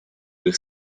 как